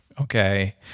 okay